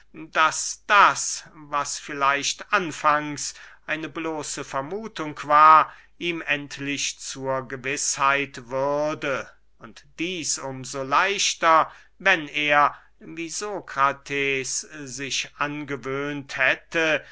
daß was vielleicht anfangs eine bloße vermuthung war ihm endlich zur gewißheit würde und dieß um so leichter wenn er wie sokrates sich angewöhnt hätte